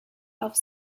auf